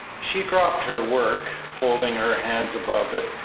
she dropped her work, folding her hands above it,